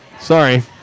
Sorry